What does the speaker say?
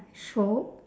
show